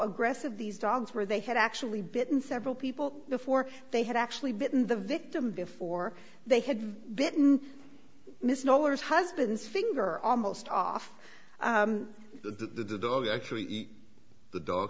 aggressive these dogs were they had actually bitten several people before they had actually bitten the victim before they had bitten misnomers husband's finger almost off the tree the dog